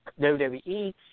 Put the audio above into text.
WWE